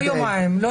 לא ליומיים.